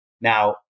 Now